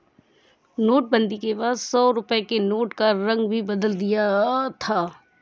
नोटबंदी के बाद सौ रुपए के नोट का रंग भी बदल दिया था